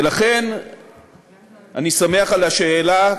ולכן אני שמח על השאלה,